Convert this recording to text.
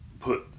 put